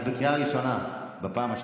את בקריאה ראשונה כבר בפעם השנייה.